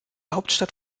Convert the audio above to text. hauptstadt